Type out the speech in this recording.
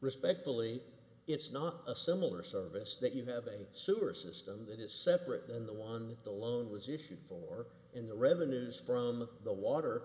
respectfully it's not a similar service that you have a sewer system that is separate than the on that the loan was issued for in the revenues from the water